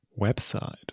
Website